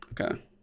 Okay